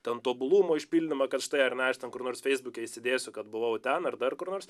ten tobulumo išpildymą karštai ar ne aš ten kur nors feisbuke įsidėsiu kad buvau ten ar dar kur nors